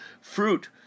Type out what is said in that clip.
fruit